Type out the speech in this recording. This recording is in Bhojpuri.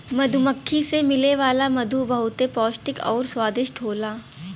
मधुमक्खी से मिले वाला मधु बहुते पौष्टिक आउर स्वादिष्ट होला